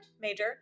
major